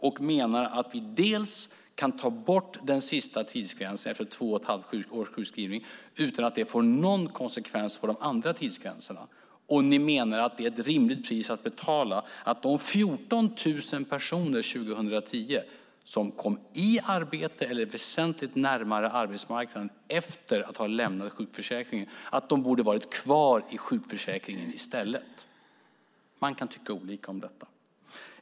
Ni menar att vi kan ta bort den sista tidsgränsen, efter två och ett halvt års sjukskrivning, utan att det får någon konsekvens för de andra tidsgränserna. Ni menar att det är ett rimligt pris att betala att de 14 000 personer som 2010 kom i arbete eller väsentligt närmare arbetsmarknaden efter att ha lämnat sjukförsäkringen i stället är kvar i sjukförsäkringen. Man kan tycka olika om detta.